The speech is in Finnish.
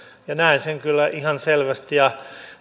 näen sen kyllä ihan selvästi ja